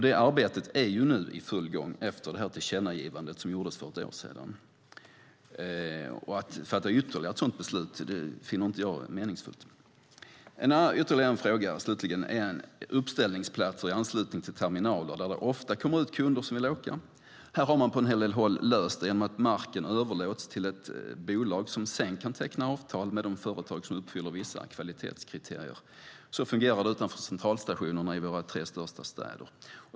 Det arbetet är nu i full gång efter det tillkännagivande som gjordes för ett år sedan. Att fatta ytterligare ett sådant beslut finner jag inte meningsfullt. Ytterligare en fråga handlar om uppställningsplatser i anslutning till terminaler där det ofta kommer ut kunder som vill åka taxi. Här har man på en hel del håll löst det genom att marken överlåtits till ett bolag som sedan kan teckna avtal med de företag som uppfyller vissa kvalitetskriterier. Så fungerar det utanför centralstationerna i våra tre största städer.